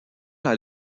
dans